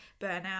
burnout